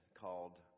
called